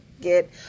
get